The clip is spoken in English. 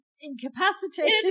incapacitated